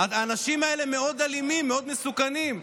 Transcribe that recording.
אז האנשים האלה אלימים מאוד, מסוכנים מאוד.